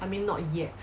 I mean not yet